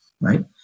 right